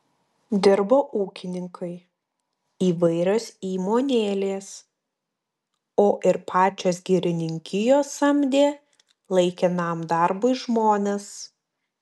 dirbo ūkininkai įvairios įmonėlės o ir pačios girininkijos samdė laikinam darbui žmones